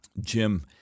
Jim